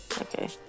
Okay